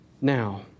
now